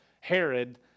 Herod